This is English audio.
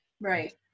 Right